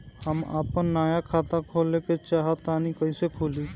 हम आपन नया खाता खोले के चाह तानि कइसे खुलि?